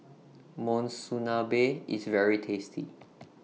Monsunabe IS very tasty